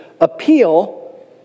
appeal